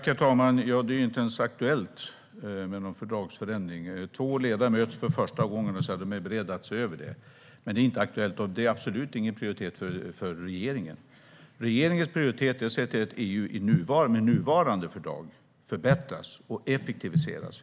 Herr talman! Det är inte ens aktuellt med någon fördragsförändring. Två ledare möts för första gången och säger att de är beredda att se över fördraget. Men det är inte aktuellt, och det är absolut ingen prioritet för regeringen. Regeringens prioritet är att se till att EU med nuvarande fördrag förbättras och effektiviseras.